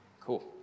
Cool